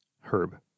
Herb